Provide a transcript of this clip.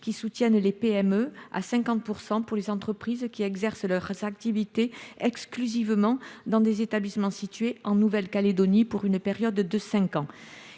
soutenant les PME à 50 % pour les entreprises qui exercent leurs activités exclusivement dans des établissements situés en Nouvelle Calédonie, pour une période de cinq ans.